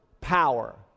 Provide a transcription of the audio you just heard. power